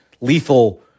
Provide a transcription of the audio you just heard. lethal